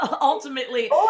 ultimately